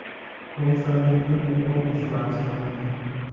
कोन सा मिट्टी में कोन फसल अच्छा होय है?